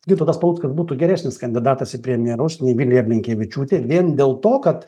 gintautas paluckas būtų geresnis kandidatas į premjerus nei vilija blinkevičiūtė vien dėl to kad